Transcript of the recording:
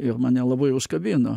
ir mane labai užkabino